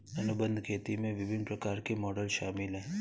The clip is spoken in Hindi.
अनुबंध खेती में विभिन्न प्रकार के मॉडल शामिल हैं